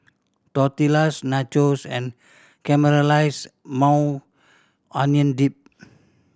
Tortillas Nachos and Caramelized Maui Onion Dip